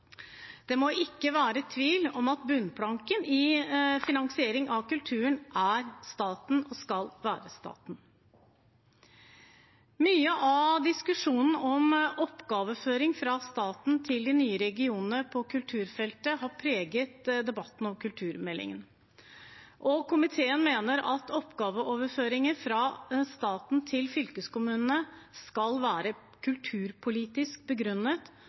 Det må ikke være tvil om at bunnplanken i finansiering av kulturen er staten – og skal være staten. Mye av diskusjonen om oppgaveoverføring fra staten til de nye regionene på kulturfeltet har preget debatten om kulturmeldingen. Komiteen mener at oppgaveoverføringer fra staten til fylkeskommunene skal være kulturpolitisk begrunnet